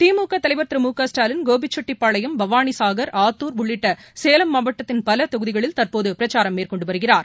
திமுகதலைவர் திரு மு க ஸ்டாலின் கோபிசெட்டிபாளையம் பவாளிசாகர் ஆத்தூர் உள்ளிட்டசேலம் மாவட்டத்தின் பலதொகுதிகளில் தற்போதுபிரச்சாரம் மேற்கொண்டுவருகிறார்